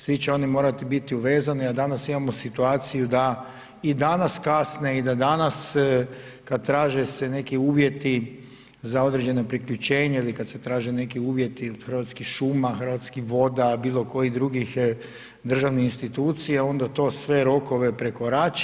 Svi će oni morati biti uvezani, a danas imamo situaciju da i danas kasne, i da danas kada traže se neki uvjeti za određeno priključenje, ili kada se traže neki uvjeti Hrvatskih šuma, Hrvatskih voda, bilo kojih drugih državnih institucija onda to sve rokove prekorači.